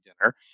dinner